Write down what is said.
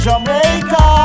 Jamaica